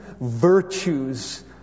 virtues